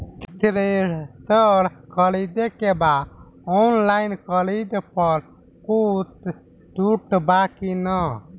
Thresher खरीदे के बा ऑनलाइन खरीद पर कुछ छूट बा कि न?